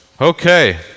Okay